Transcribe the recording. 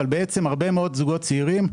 אבל בעצם הרבה מאוד זוגות צעירים,